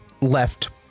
left